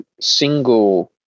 single